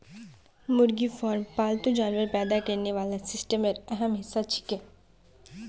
मुर्गी फार्म पालतू जानवर पैदा करने वाला सिस्टमेर अहम हिस्सा छिके